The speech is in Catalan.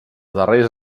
darrers